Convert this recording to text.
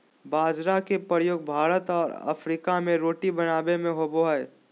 बाजरा के प्रयोग भारत और अफ्रीका में रोटी बनाबे में होबो हइ